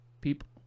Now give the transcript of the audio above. People